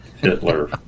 Hitler